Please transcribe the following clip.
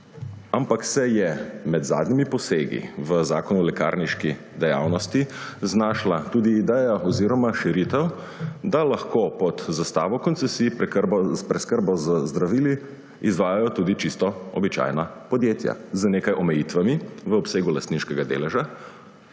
Ampak se je med zadnjimi posegi v Zakon o lekarniški dejavnosti znašla tudi ideja oziroma širitev, da lahko pod zastavo koncesij preskrbo z zdravili izvajajo tudi čisto običajna podjetja, z nekaj omejitvami v obsegu lastniškega deleža,